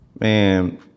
Man